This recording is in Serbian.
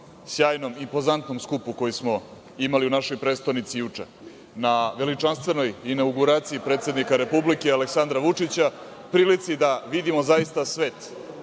sjajnom, impozantnom skupu koji smo imali u našoj prestonici juče, na veličanstvenoj inauguraciji predsednika Republike Aleksandra Vučića, prilici da vidimo zaista svet